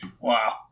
Wow